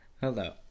Hello